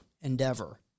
endeavor